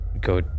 go